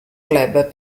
club